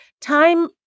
time